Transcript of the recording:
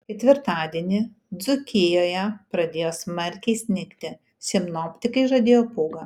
ketvirtadienį dzūkijoje pradėjo smarkiai snigti sinoptikai žadėjo pūgą